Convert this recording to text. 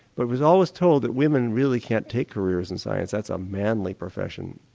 but was always told that women really can't take careers in science, that's a manly profession.